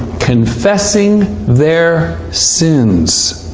confessing their sins.